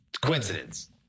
coincidence